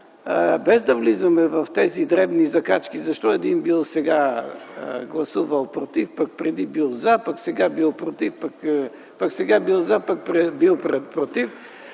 без да влизаме в тези дребни закачки защо един сега гласувал „против”, пък преди бил „за”, пък сега бил „против”, пък сега бил „за”, пък бил „против”,